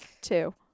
two